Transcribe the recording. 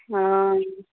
ओ